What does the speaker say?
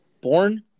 born